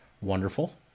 wonderful